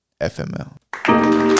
fml